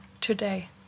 today